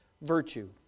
virtue